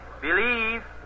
Believe